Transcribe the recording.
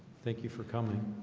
thank you for coming